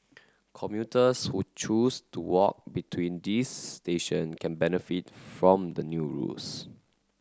commuters who choose to walk between these station can benefit from the new rules